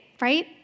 right